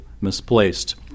misplaced